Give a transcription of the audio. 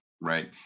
Right